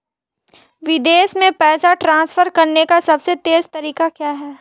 विदेश में पैसा ट्रांसफर करने का सबसे तेज़ तरीका क्या है?